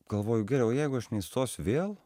galvojau gerai o jeigu aš neįstosiu vėl